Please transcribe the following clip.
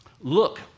Look